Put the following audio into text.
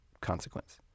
consequence